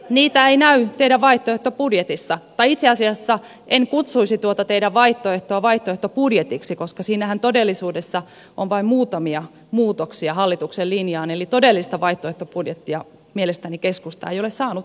niitä ei näy teidän vaihtoehtobudjetissanne tai itse asiassa en kutsuisi tuota teidän vaihtoehtoa vaihtoehtobudjetiksi koska siinähän todellisuudessa on vain muutamia muutoksia hallituksen linjaan eli todellista vaihtoehtobudjettia mielestäni keskusta ei ole saanut kasaan